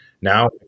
Now